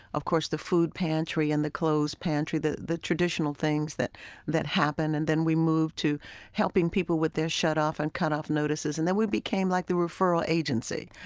of course, the food pantry and the clothes pantry the the traditional things that that happen. and then we moved to helping people with their shut-off and cut-off notices. and then we became like the referral agency.